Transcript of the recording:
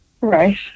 Right